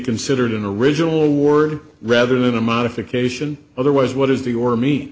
considered in the original word rather than a modification otherwise what is the or me